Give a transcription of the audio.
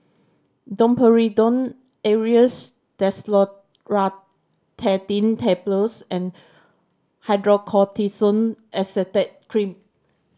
Domperidone Aerius DesloratadineTablets and Hydrocortisone Acetate Cream